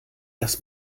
das